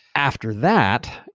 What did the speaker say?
after that,